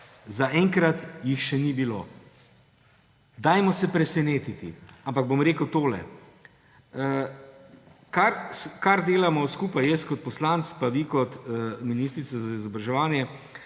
zaenkrat jih še ni bilo. Dajmo se pustiti presenetiti. Ampak bom rekel tole, kar delamo skupaj, jaz kot poslanec in vi kot ministrica za izobraževanje,